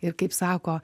ir kaip sako